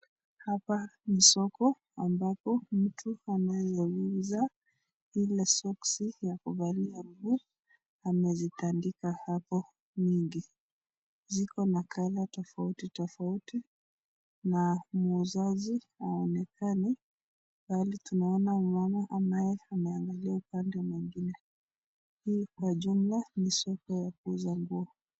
Hapa ni soko ambapo mtu anayeuza ile soksi ya kuvalia miguu amezitandika hapo nyingi. Ziko na color tofauti tofauti na muuzaji haonekani bali tunaona mama ambaye ameangalia upande mwingine, hii kwa jumla ni soko ya kuuza nguo.